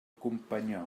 companyó